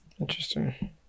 Interesting